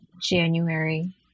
January